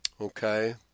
Okay